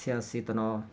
ਸਿਆਸੀ ਤਨਾਅ